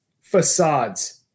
Facades